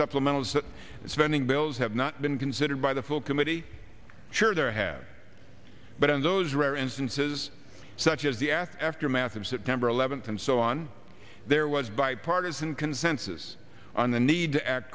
supplementals that spending bills have not been considered by the full committee sure there have but in those rare instances such as the aftermath of september eleventh and so on there was bipartisan consensus on the need to act